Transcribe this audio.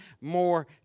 more